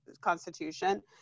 constitution